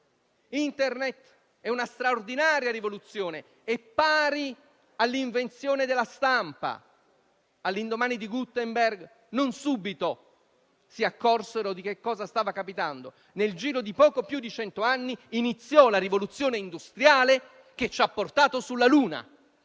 Internet è una straordinaria rivoluzione, pari all'invenzione della stampa. All'indomani di Gutenberg non subito ci si accorse di cosa stava capitando. Nel giro di poco più di cento anni iniziò la Rivoluzione industriale che ci ha portato sulla Luna.